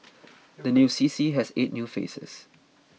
the new C C has eight new faces